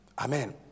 Amen